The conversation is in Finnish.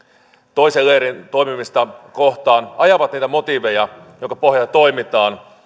toisen leirin toimimista kohtaan ajavat niitä motiiveja joiden pohjalta toimitaan